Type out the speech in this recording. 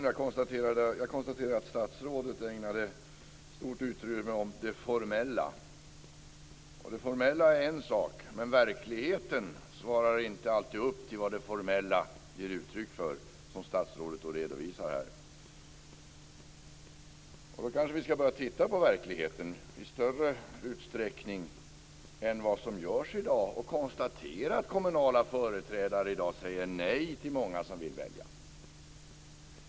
Fru talman! Jag konstaterar att statsrådet ägnade stort utrymme åt det formella. Det formella är en sak, men verkligheten svarar inte alltid upp mot vad det formella ger uttryck för, som statsrådet redovisar här. Vi kanske ska börja titta närmare på verkligheten i större utsträckning än vad som görs i dag och konstatera att kommunala företrädare i dag säger nej till många som vill välja.